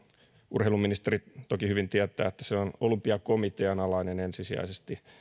urheiluministeri toki hyvin tietää että se on olympiakomitean alainen ensisijaisesti